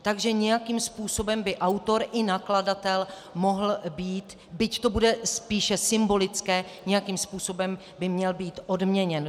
Takže nějakým způsobem by autor i nakladatel mohl být, byť to bude spíše symbolické, nějakým způsobem by měl být odměněn.